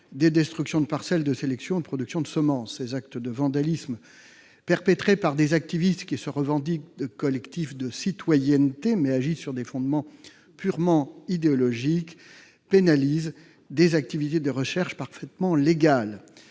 des destructions de parcelles de sélection ou de production de semences. Ces actes de vandalisme, perpétrés par des activistes qui se revendiquent de collectifs de citoyenneté, mais agissent sur des fondements purement idéologiques, pénalisent des activités de recherche parfaitement légales.